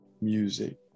music